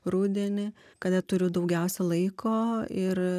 rudenį kada turiu daugiausia laiko ir